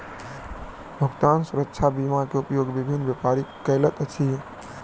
भुगतान सुरक्षा बीमा के उपयोग विभिन्न व्यापारी करैत अछि